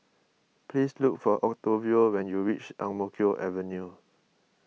please look for Octavio when you reach Ang Mo Kio Avenue